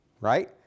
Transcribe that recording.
right